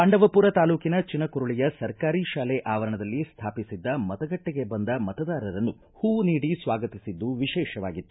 ಪಾಂಡವಪುರ ತಾಲೂಕಿನ ಚಿನಕುರಳಿಯ ಸರ್ಕಾರಿ ಶಾಲೆ ಆವರಣದಲ್ಲಿ ಸ್ಥಾಪಿಸಿರುವ ಮತಗಟ್ಟಿಗೆ ಬರುವ ಮತದಾರರನ್ನು ಹೂವು ನೀಡಿ ಸ್ವಾಗತಿಸಿದ್ದು ವಿಶೇಷವಾಗಿತ್ತು